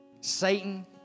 Satan